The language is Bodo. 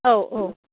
औ औ